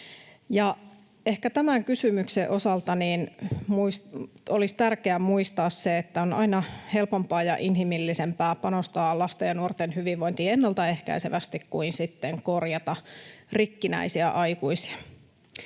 tämän kysymyksen osalta olisi tärkeätä muistaa se, että on aina helpompaa ja inhimillisempää panostaa lasten ja nuorten hyvinvointiin ennaltaehkäisevästi kuin sitten korjata rikkinäisiä aikuisia.